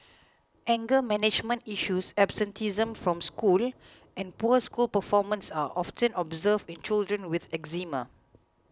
anger management issues absenteeism from school and poor school performance are often observed in children with eczema